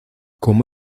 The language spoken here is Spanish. como